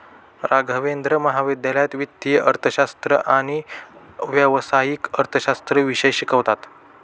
राघवेंद्र महाविद्यालयात वित्तीय अर्थशास्त्र आणि व्यावसायिक अर्थशास्त्र विषय शिकवतात